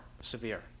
severe